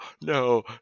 no